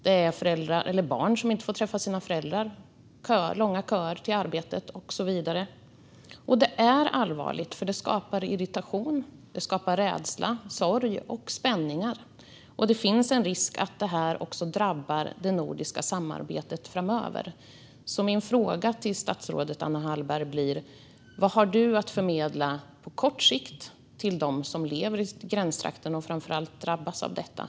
Det är barn som inte får träffa sina föräldrar, långa köer till arbetet och så vidare. Det är allvarligt, för det skapar irritation, rädsla, sorg och spänningar. Det finns en risk att det drabbar det nordiska samarbetet framöver. Min fråga till statsrådet Anna Hallberg blir: Vad har du att förmedla på kort sikt till dem som lever i gränstrakterna och framför allt drabbas av detta?